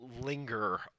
linger